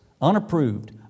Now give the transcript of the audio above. unapproved